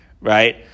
right